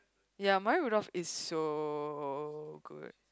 ya Maya-Rudolph is so good